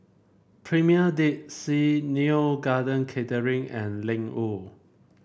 Premier Dead Sea Neo Garden Catering and Ling Wu